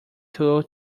tool